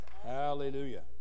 Hallelujah